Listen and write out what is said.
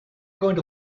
going